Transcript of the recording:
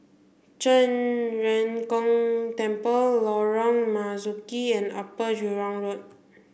Zhen Ren Gong Temple Lorong Marzuki and Upper Jurong Road